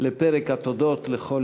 אני קובע כי הצעת חוק